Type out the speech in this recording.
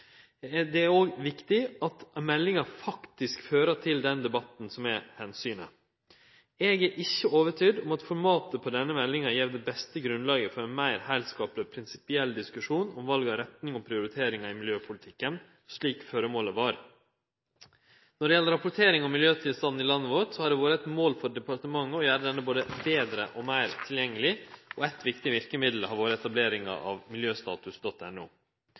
Det er òg viktig at debatten faktisk fører til det som er føremålet med meldinga. Eg er ikkje overtydd om at formatet på denne meldinga gjev det beste grunnlaget for ein meir heilskapleg og prinsipiell diskusjon om val av retning og prioriteringar i miljøpolitikken, slik føremålet var. Når det gjeld rapportering om miljøtilstanden i landet vårt, har det vore eit mål for departementet å gjere denne både betre og meir tilgjengeleg, og eit viktig verkemiddel har vore etableringa av